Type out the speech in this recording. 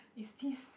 is this